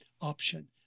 option